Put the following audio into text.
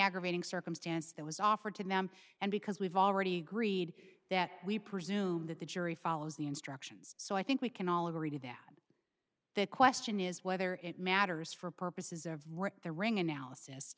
aggravating circumstance that was offered to them and because we've already agreed that we presume that the jury follows the instructions so i think we can all agree to that that question is whether it matters for purposes of wrecked the ring analysis